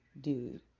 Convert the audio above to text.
dude